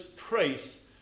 trace